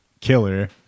killer